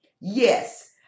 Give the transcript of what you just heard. yes